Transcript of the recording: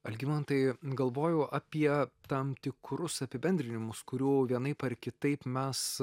algimantai galvojau apie tam tikrus apibendrinimus kurių vienaip ar kitaip mes